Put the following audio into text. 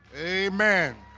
amen